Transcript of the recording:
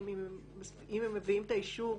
אם הם מביאים את האישור,